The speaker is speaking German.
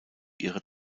ihre